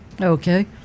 Okay